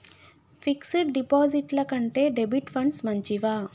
Fix డ్ డిపాజిట్ల కంటే డెబిట్ ఫండ్స్ మంచివా?